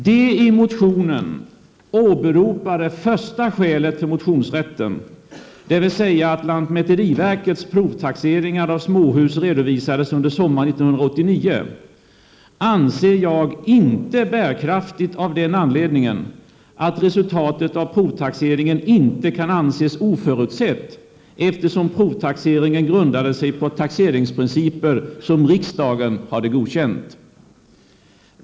Det i motionen åberopade första skälet för motionsrätten, dvs. att lantmäteriverkets provtaxeringar av småhus redovisades under sommaren 1989, anser jag inte bärkraftigt av den anledningen att resultatet av provtaxeringen inte kan anses oförutsett, eftersom provtaxeringen grundade sig på taxeringsprinciper som riksdagen har godkänt.